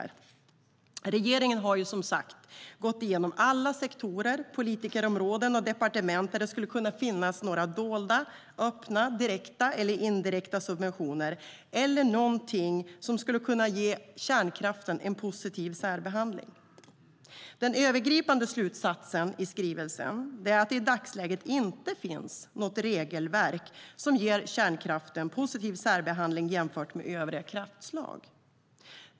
Regeringen har, som sagt, gått igenom alla sektorer, politikområden och departement där det skulle kunna finnas några dolda, öppna, direkta eller indirekta subventioner eller någonting som skulle kunna ge kärnkraften en positiv särbehandling. Den övergripande slutsatsen i skrivelsen är att det i dagsläget inte finns något regelverk som ger kärnkraften positiv särbehandling jämfört med övriga kraftslag.